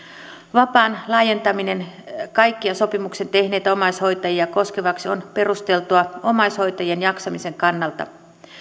vapaan laajentaminen kaikkia sopimuksen tehneitä omaishoitajia koskevaksi on perusteltua omaishoitajien jaksamisen kannalta